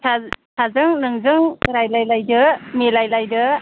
फिसा फिसाजों नोंजों रायलायलायदो मिलायलायदो